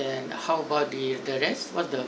and how about the the rest what's the